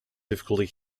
difficulty